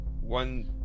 one